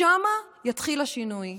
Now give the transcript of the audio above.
משם יתחיל השינוי.